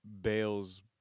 Bale's